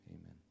amen